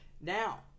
Now